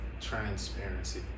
transparency